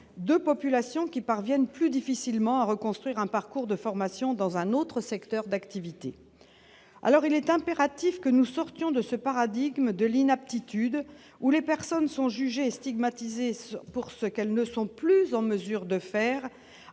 2 populations qui parviennent plus difficilement à reconstruire un parcours de formation dans un autre secteur d'activité, alors il est impératif que nous sortions de ce paradigme de l'inaptitude où les personnes sont jugées, stigmatisées pour ce qu'elles ne sont plus en mesure de faire